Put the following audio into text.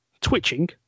twitching